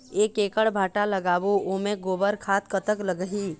एक एकड़ भांटा लगाबो ओमे गोबर खाद कतक लगही?